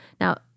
Now